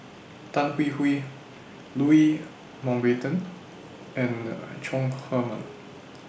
Tan Hwee Hwee Louis Mountbatten and An Chong Heman